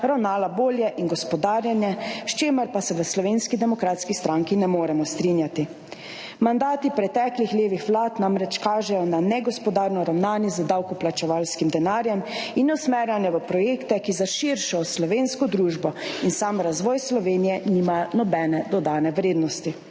(nadaljevanje) in gospodarjenje, s čimer pa se v Slovenski demokratski stranki ne moremo strinjati. Mandati preteklih levih vlad namreč kažejo na negospodarno ravnanje z davkoplačevalskim denarjem in usmerjanje v projekte, ki za širšo slovensko družbo in sam razvoj Slovenije nima nobene dodane vrednosti.